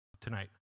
tonight